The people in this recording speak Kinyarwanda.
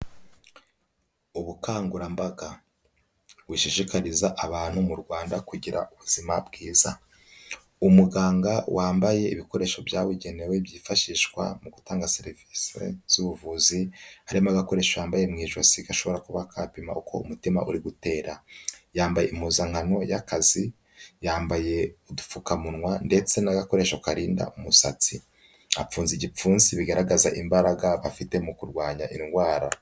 Ubukangurambaga bushishikariza abantu mu Rwanda kugira ubuzima bwiza. Umuganga wambaye ibikoresho byabugenewe byifashishwa mu gutanga serivisi z'ubuvuzi; harimo agakoresho bambaye mu ijosi gashobora kuba kapima uko umutima uri gutera, yambaye impuzankano y'akazi, yambaye udupfukamunwa ndetse n'agakoresho karinda umusatsi, afunze igipfunsi bigaragaza imbaraga bafite mu kurwanya indwara.